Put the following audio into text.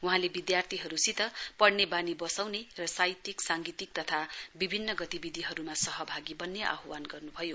वहाँले विद्यार्थीहरूसित पढ्ने बानी बसाउने र साहित्यिक साङ्गीतिक तथा विभिन्न गतिविधिहरूमा सहभागी बन्ने आह्वान गर्नु भयो